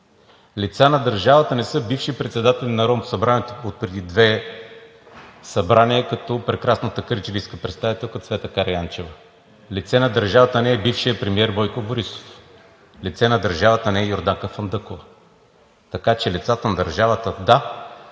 Лица на държавата не са бивши председатели на Народното събрание отпреди две събрания, като прекрасната кърджалийска представителка Цвета Караянчева. Лице на държавата не е бившият премиер Бойко Борисов. Лице на държавата не е Йорданка Фандъкова, така че лицата на държавата – да,